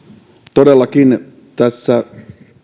todellakin tässä